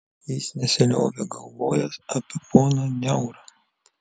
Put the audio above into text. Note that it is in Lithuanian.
jis nesiliovė galvojęs apie poną niaurą